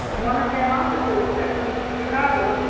one of them officers took me to chicago.